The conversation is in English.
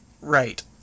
Right